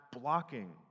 blocking